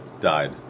died